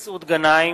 מסעוד גנאים,